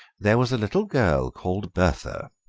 there was a little girl called bertha,